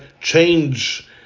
change